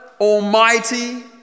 Almighty